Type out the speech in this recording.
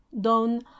Don